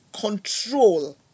control